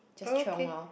just chiong lor